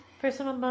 personal